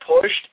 pushed